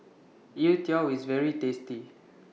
Youtiao IS very tasty